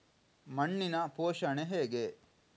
ಮಣ್ಣಿನ ಪೋಷಣೆ ಹೇಗೆ?